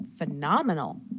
phenomenal